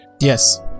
yes